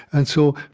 and so